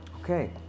Okay